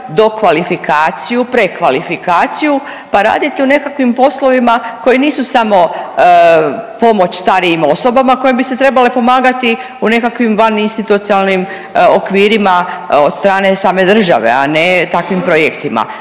dokvalifikaciju i prekvalifikaciju pa raditi u nekakvim poslovima koji nisu samo pomoć starijim osobama kojim bi se trebale pomagati u nekakvim van institucionalnim okvirima od strane same države, a ne takvim projektima.